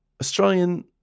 Australian